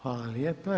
Hvala lijepa.